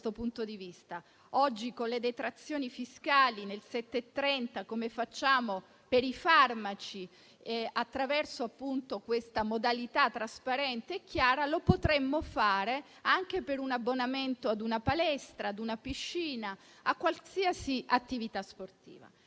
Penso a detrazioni fiscali nel modello 730, come facciamo per i farmaci: attraverso questa modalità trasparente e chiara potremmo farlo anche per un abbonamento a una palestra, a una piscina o a qualunque attività sportiva.